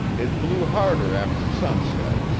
it blew harder after sunset,